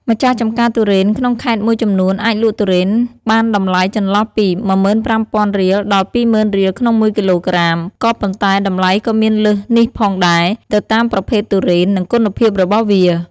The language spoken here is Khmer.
ម្ចាស់ចម្ការទុរេនក្នុងខេត្តមួយចំនួន អាចលក់ទុរេនបានតម្លៃចន្លោះពី ១៥០០០រៀល ដល់ ២ម៉ឺនរៀលក្នុងមួយគីឡូក្រាម ក៏ប៉ុន្តែតម្លៃក៏មានលើសនេះផងដែរ ទៅតាមប្រភេទទុរេន និងគុណភាពរបស់វា។